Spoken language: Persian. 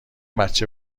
بچه